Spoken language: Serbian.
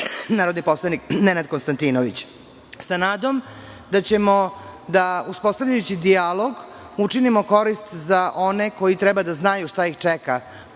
narodni poslanik Nenad Konstantinović. Sa nadom da ćemo uspostavljajući dijalog da učinimo korist za one koji treba da znaju šta ih čeka